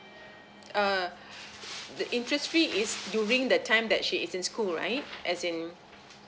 err the interest free is during the time that she is in school right as in